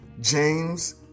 James